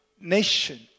nation